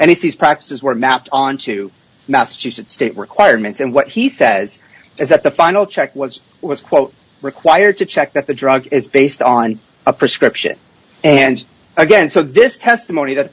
these practices were mapped onto massachusetts state requirements and what he says is that the final check was was quote required to check that the drug is based on a prescription and again so this testimony that